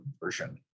version